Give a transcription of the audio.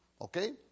Okay